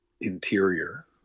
interior